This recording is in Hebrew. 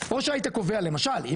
או שהיית קובע למשל,